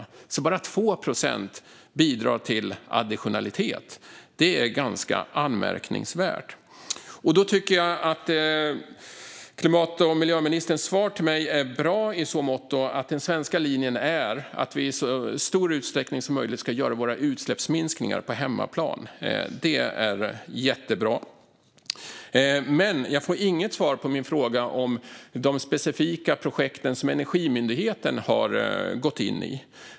Det är alltså bara 2 procent som bidrar till additionalitet. Det är ganska anmärkningsvärt. Jag tycker att och miljö och klimatministerns svar till mig är bra i så måtto att den svenska linjen är att vi i så stor utsträckning som möjligt ska göra våra utsläppsminskningar på hemmaplan, men jag får inget svar på min fråga om de specifika projekt som Energimyndigheten har gått in i.